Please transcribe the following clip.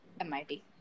MIT